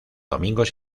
domingos